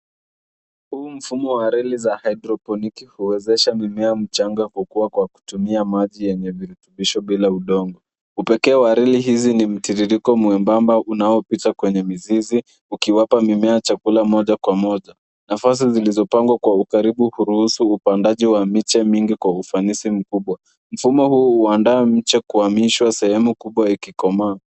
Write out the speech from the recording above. Huu mfumo wa reli za haidroponiki huwezesha mimea michanga kukua kwa kutumia maji ya virutubishi bila udongo. Upekee wa reli hizi ni mtiririko mwembamba unaopita kwenye mizizi ukiwapa mimea chakula moja kwa moja. Nafasi zilizopangwa kwa ukaribu huruhusu upandaji wa miche mingi kwa ufanisi mkubwa. Mfumo huu huandaa mche kuhamishwa sehemu kubwa ikikomaa.